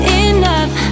enough